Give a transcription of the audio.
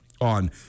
on